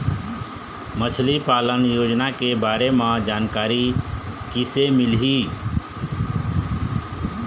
मछली पालन योजना के बारे म जानकारी किसे मिलही?